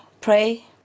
Pray